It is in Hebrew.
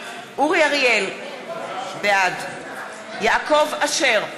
אריאל, בעד יעקב אשר,